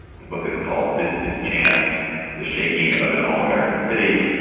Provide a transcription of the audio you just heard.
the book is called this is chance the shaking of an all american city.